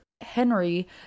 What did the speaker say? Henry